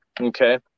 okay